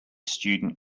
student